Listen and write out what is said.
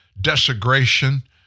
desecration